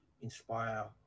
inspire